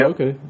Okay